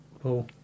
paul